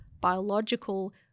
biological